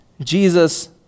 Jesus